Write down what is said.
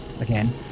again